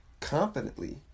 confidently